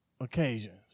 occasions